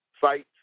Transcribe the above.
sites